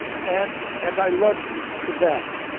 and and i love you for that!